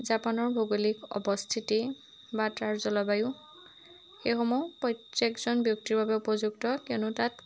জাপানৰ ভৌগোলিক অৱস্থিতি বা তাৰ জলবায়ু সেইসমূহ প্ৰত্যেকজন ব্যক্তিৰ বাবে উপযুক্ত কিয়নো তাত